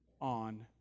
on